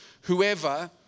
Whoever